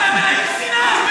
אתם מלאים שנאה.